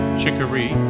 chicory